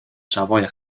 savoia